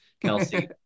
Kelsey